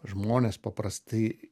žmonės paprastai